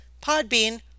Podbean